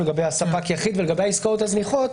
לגבי הספק יחיד ולגבי העסקאות הזניחות,